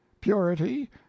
Purity